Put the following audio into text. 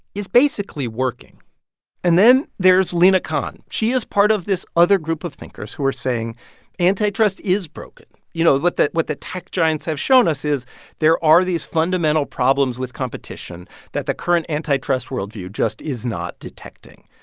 is basically working and then there's lina khan she is part of this other group of thinkers who are saying antitrust is broken. you know, what the what the tech giants have shown us is there are these fundamental problems with competition that the current antitrust worldview just is not detecting.